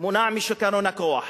מונע משיכרון הכוח